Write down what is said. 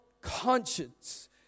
conscience